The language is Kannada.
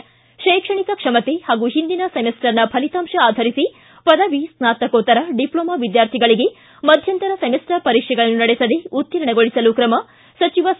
ಿ ಶೈಕ್ಷಣಿಕ ಕ್ಷಮತೆ ಹಾಗೂ ಹಿಂದಿನ ಸೆಮಿಸ್ಸರ್ನ ಫಲಿತಾಂಶ ಆಧರಿಸಿ ಪದವಿ ಸ್ನಾತಕೋತ್ತರ ಡಿಪ್ಲೋಮಾ ವಿದ್ಯಾರ್ಥಿಗಳ ಮಧ್ಯಂತರ ಸೆಮಿಸ್ಸರ್ ಪರೀಕ್ಷೆಗಳನ್ನು ನಡೆಸದೇ ಉತ್ತೀರ್ಣಗೊಳಿಸಲು ಕ್ರಮ ಸಚಿವ ಸಿ